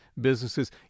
Businesses